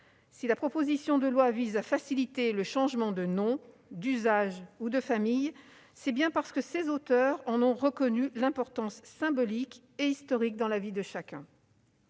si la proposition de loi vise à faciliter le changement de nom, d'usage ou de famille, c'est bien parce que ses auteurs en ont reconnu l'importance symbolique et historique dans la vie de chacun.